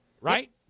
right